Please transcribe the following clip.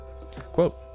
Quote